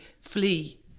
flee